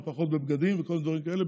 ופחות בבגדים וכל מיני דברים כאלה,